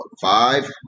five